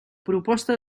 proposta